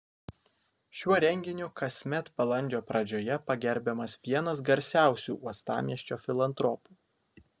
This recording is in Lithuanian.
šiuo renginiu kasmet balandžio pradžioje pagerbiamas vienas garsiausių uostamiesčio filantropų